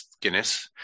Guinness